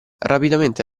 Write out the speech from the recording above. rapidamente